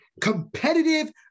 competitive